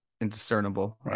indiscernible